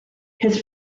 his